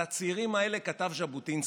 על הצעירים האלה כתב ז'בוטינסקי: